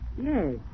Yes